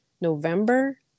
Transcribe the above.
November